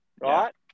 right